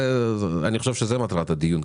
אני חושב שזה מטרת הדיון.